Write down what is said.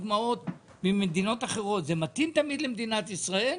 הדוגמאות שמביאים ממדינות אחרות תמיד מתאימות למדינת ישראל?